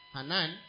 Hanan